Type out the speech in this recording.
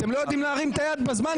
אתם לא יודעים להרים את היד בזמן,